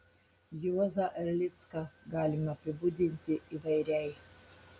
juozą erlicką galima apibūdinti įvairiai